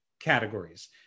categories